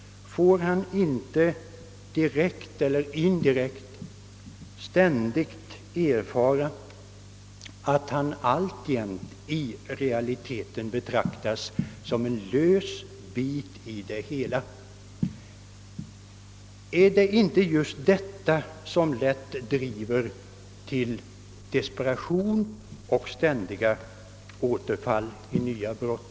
Får han inte direkt eller indirekt ständigt erfara att han alltjämt betraktas som en lös bit i samhället? Är det inte just detta som lätt driver till desperation och ständiga återfall i brott?